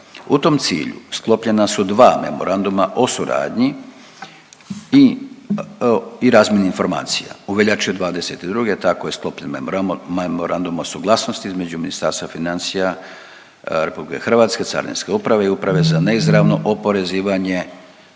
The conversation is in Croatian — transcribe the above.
U tom cilju sklopljena su dva memoranduma o suradnji i razmjeni informacija. U veljači '22. tako je sklopljen memorandum o suglasnosti između Ministarstva financija RH, Carinske uprave i Uprave za neizravno oporezivanje